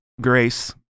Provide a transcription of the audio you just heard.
grace